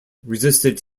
resisted